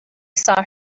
saw